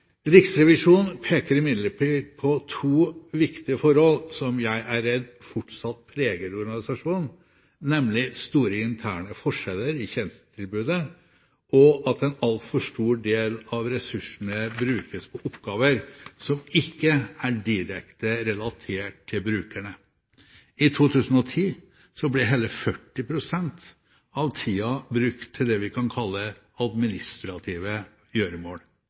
Riksrevisjonen peker imidlertid på to viktige forhold som jeg er redd fortsatt preger organisasjon, nemlig store interne forskjeller i tjenestetilbudet, og at en altfor stor del av ressursene brukes på oppgaver som ikke er direkte relatert til brukerne. I 2010 ble hele 40 pst. av tida brukt til det vi kan kalle administrative gjøremål.